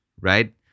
right